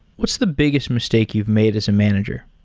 what's the biggest mis take you've made as a manager?